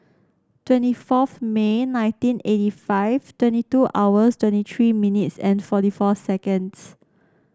twenty fourth May nineteen eighty five twenty two hours twenty three minutes and forty four seconds